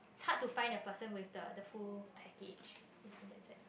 hard to find the person with the the full package in that sense